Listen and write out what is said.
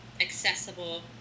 accessible